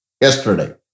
yesterday